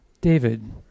David